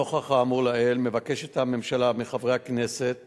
נוכח האמור לעיל מבקשת הממשלה מחברי הכנסת